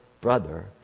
brother